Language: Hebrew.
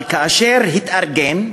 אבל כאשר הוא התארגן,